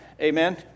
Amen